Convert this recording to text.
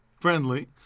friendly